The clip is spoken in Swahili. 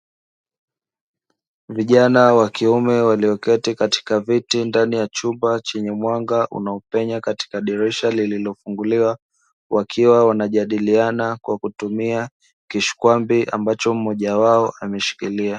Vijana wa kiume walioketi katika viti ndani ya chumba chenye mwanga unaopenya katika dirisha lililofunguliwa, wakiwa wanajadiliana kwa kutumia kishkwambi ambacho mmoja wao ameshikilia.